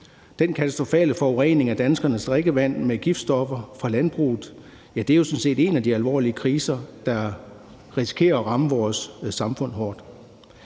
Den katastrofale forurening af danskernes drikkevand med giftstoffer fra landbruget er jo sådan set en af de alvorlige kriser, der risikerer at ramme vores samfund hårdt.